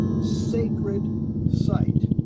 sacred site.